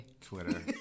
Twitter